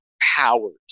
powers